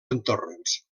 entorns